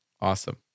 Awesome